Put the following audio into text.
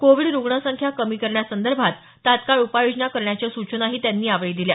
Covid रुग्णसंख्या कमी करण्यासंदर्भात तात्काळ उपाययोजना करण्याच्या सूचनाही त्यांनी यावेळी दिल्या